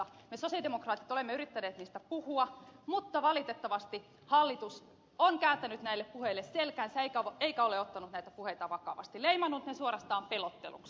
me sosialidemokraatit olemme yrittäneet niistä puhua mutta valitettavasti hallitus on kääntänyt näille puheille selkänsä eikä ole ottanut näitä puheita vakavasti leimannut ne suorastaan pelotteluksi